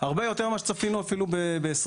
הרבה יותר ממה שצפינו אפילו ב-2021.